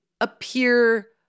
appear